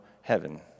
heaven